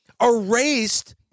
erased